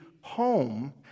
home